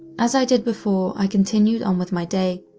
as i did before, i continued on with my day,